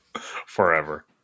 forever